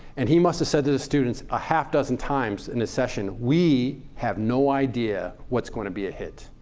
and he must have said to the students a half dozen times in his session, we have no idea what's going to be a hit.